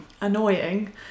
annoying